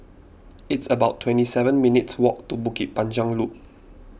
it's about twenty seven minutes' walk to Bukit Panjang Loop